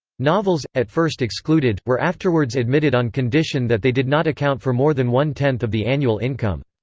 novels, at first excluded, were afterwards admitted on condition that they did not account for more than one-tenth of the annual income.